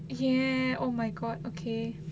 ya oh my god okay